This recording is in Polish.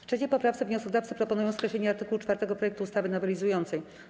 W 3. poprawce wnioskodawcy proponują skreślenie art. 4 projektu ustawy nowelizującej.